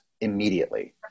immediately